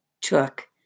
took